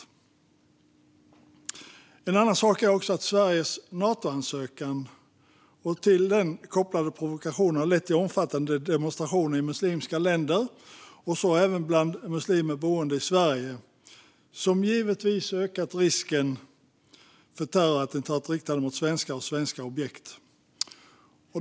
Ytterligare en sak är att Sveriges Natoansökan och till den kopplade provokationer har lett till omfattande demonstrationer i muslimska länder och så även bland muslimer boende i Sverige, vilket givetvis ökat risken för terrorattentat riktade mot svenskar och svenska objekt.